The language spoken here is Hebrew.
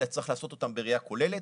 אלא צריך לעשות אותם בראייה כוללת.